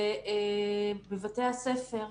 זה בבתי הספר.